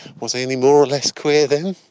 was i any more or less queer then?